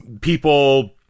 people